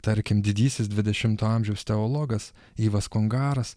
tarkim didysis dvidešimto amžiaus teologas yvas kongaras